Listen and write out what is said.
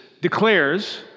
declares